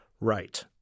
Right